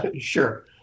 Sure